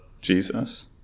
Jesus